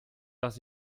dass